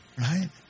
right